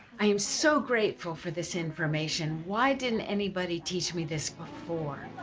i am so grateful for this information. why didn't anybody teach me this before?